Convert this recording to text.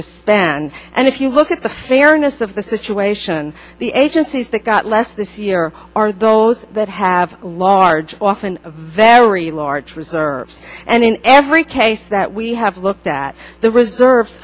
to spend and if you look at the fairness of the situation the agencies that got less this year are those that have large often a very large reserves and in every case that we have looked at the reserves